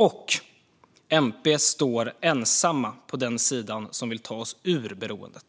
Miljöpartiet står ensamt på den sida som vill ta oss ur detta beroende.